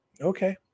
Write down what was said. Okay